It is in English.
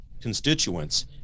constituents